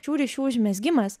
šių ryšių užmezgimas